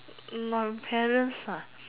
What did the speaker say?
my parents ah